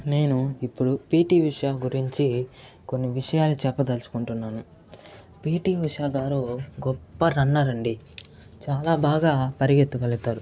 నేను ఇప్పుడు పిటి ఉష గురించి కొన్ని విషయాలు చెప్పదలుచుకుంటున్నాను పిటి ఉష గారు గొప్ప రన్నర్ అండి చాలా బాగా పరిగెత్తుగలుగుతారు